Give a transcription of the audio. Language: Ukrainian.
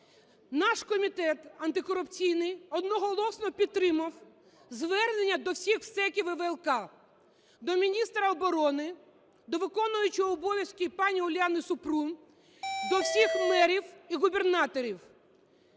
Наш Комітет антикорупційний одноголосно підтримав звернення до всіх МСЕКів і ВЛК, до міністра оборони, до виконуючої обов'язки пані Уляни Супрун, до всіх мерів і губернаторів.